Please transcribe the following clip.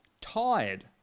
tired